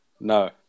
No